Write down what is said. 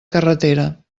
carretera